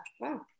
Wow